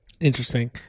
Interesting